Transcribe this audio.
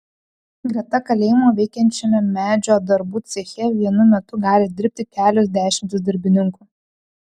greta kalėjimo veikiančiame medžio darbų ceche vienu metu gali dirbti kelios dešimtys darbininkų